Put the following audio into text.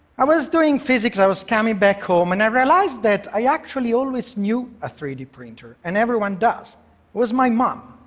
i was doing physics, i was coming back home and i realized that i actually always knew a three d printer. and everyone does. it was my mom.